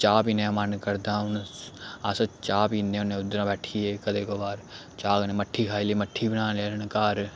चाह् पीने दा मन करदा हून अस चाह् पीन्ने होन्ने उद्धर बैठियै कदें कभार चाह् कन्नै मट्ठी खाई ले मट्ठी बनाने होन्ने घर